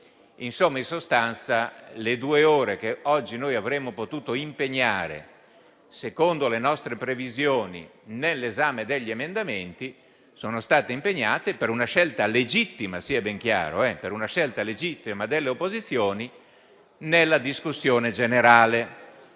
In sostanza, le due ore che oggi avremmo potuto impegnare, secondo le nostre previsioni, nell'esame degli emendamenti, sono stati impegnati (per una scelta legittima - sia ben chiaro - delle opposizioni) nella discussione generale.